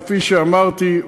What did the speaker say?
כפי שאמרתי,